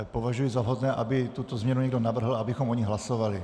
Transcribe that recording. Považuji za vhodné, aby tuto změnu někdo navrhl, abychom o ní hlasovali.